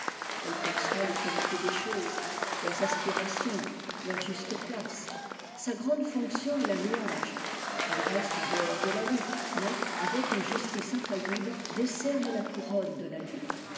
elle perçoit les qualités des choses leurs aspirations leur juste place sa grande fonction est la louange elle reste en dehors de la lutte mais avec une justice infaillible décerne la couronne de la lutte